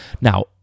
Now